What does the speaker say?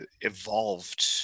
evolved